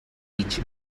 each